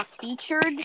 featured